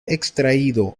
extraído